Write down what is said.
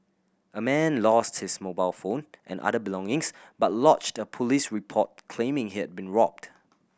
a man lost his mobile phone and other belongings but lodged a police report claiming he'd been robbed